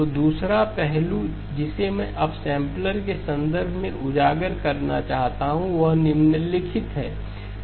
तो दूसरा पहलू जिसे मैं अपसैंपलर के संदर्भ में उजागर करना चाहता हूं वह निम्नलिखित है